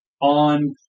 on